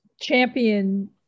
champion